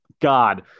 God